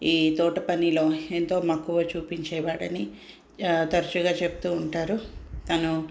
ఈ తోటపనిలో ఎంతో మక్కువ చూపించేవారని తరచుగా చెప్తూ ఉంటారు తను